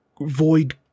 Void